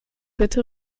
bitte